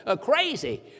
crazy